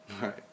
Right